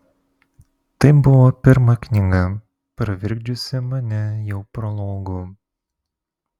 tai buvo pirma knyga pravirkdžiusi mane jau prologu